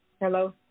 Hello